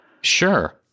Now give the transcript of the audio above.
Sure